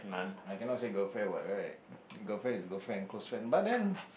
I cannot say girlfriend what right girlfriend is girlfriend close friend but then